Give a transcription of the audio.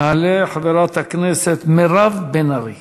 תעלה חברת הכנסת מירב בן ארי,